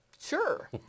sure